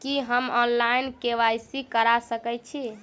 की हम online, KYC करा सकैत छी?